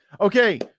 okay